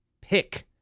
pick